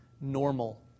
normal